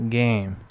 game